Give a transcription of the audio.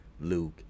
Luke